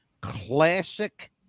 classic